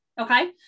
Okay